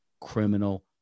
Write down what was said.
criminal